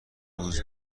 روز